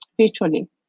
virtually